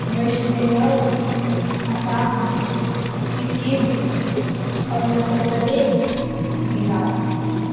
West Bengal Assam Sikkim Arunachal Pradesh Bihar